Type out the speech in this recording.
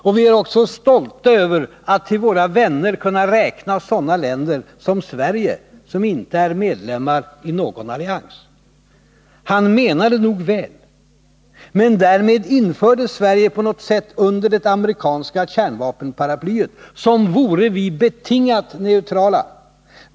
Och vi är också stolta över att till våra vänner kunna räkna sådana länder som Sverige som inte är medlemmar i någon allians.” Han menade nog väl, men därmed infördes Sverige på något sätt under det amerikanska kärnvapenparaplyet, som vore vi betingat neutrala.